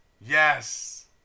Yes